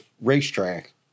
racetrack